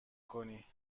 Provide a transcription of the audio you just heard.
کنی